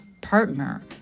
partner